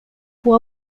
pour